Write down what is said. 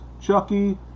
Chucky